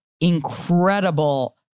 incredible